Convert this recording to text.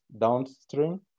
downstream